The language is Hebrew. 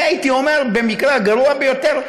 והייתי אומר: במקרה הגרוע ביותר,